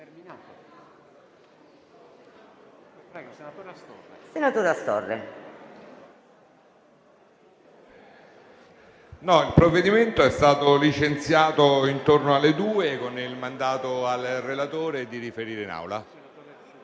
il provvedimento è stato licenziato intorno alle ore 14 con il mandato al relatore a riferire